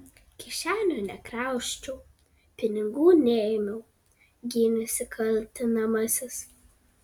kišenių nekrausčiau pinigų neėmiau gynėsi kaltinamasis